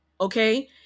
okay